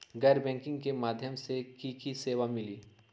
गैर बैंकिंग के माध्यम से की की सेवा मिली?